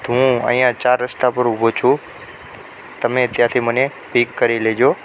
તો હું અહીંયા ચાર રસ્તા પર ઊભો છું તમે ત્યાંથી મને પિક કરી લેજો